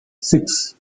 six